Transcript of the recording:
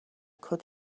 could